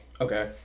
Okay